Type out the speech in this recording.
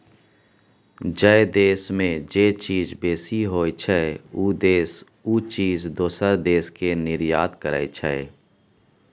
जइ देस में जे चीज बेसी होइ छइ, उ देस उ चीज दोसर देस के निर्यात करइ छइ